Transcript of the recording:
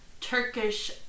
Turkish